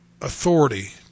authority